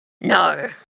No